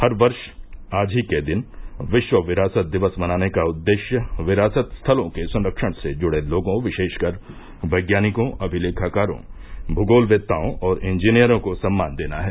हर वर्ष आज ही के दिन विश्व विरासत दिवस मनाने का उद्देश्य विरासत स्थलों के संरक्षण से जुड़े लोगों विशेषकर वैज्ञानिकों अभिलेखाकारों भूगोलवेत्ताओं और इंजीनियरों को सम्मान देना है